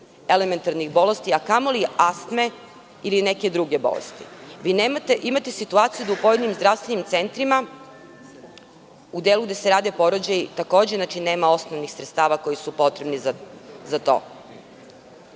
osnovnih bolesti, a kamoli astme ili neke druge bolesti. Imate situaciju da u pojedinim zdravstvenim centrima u delu gde se rade porođaji takođe nema osnovnih sredstava koja su potrebna za to. Da